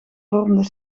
vormden